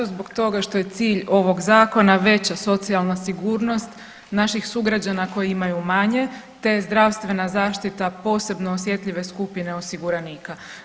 Zbog toga što je cilj ovog Zakona veća socijalna sigurnost naših sugrađana koji imaju manje, te zdravstvena zaštita posebno osjetljive skupine osiguranika.